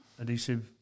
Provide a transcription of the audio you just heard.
adhesive